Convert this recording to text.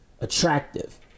attractive